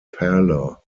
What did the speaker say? parlour